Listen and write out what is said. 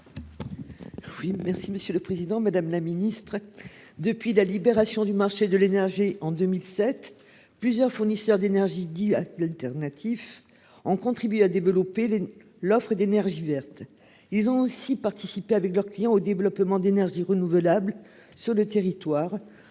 Oui, merci Monsieur le Président, Madame la Ministre, depuis la libération du marché de l'énergie en 2007 plusieurs fournisseurs d'énergie, dit à l'alternatif en contribué à développer l'offre d'énergie verte, ils ont aussi participé avec leurs clients au développement d'énergies renouvelables sur le territoire